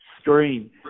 screen